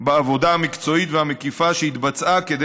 בעבודה המקצועית והמקיפה שהתבצעה כדי